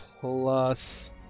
plus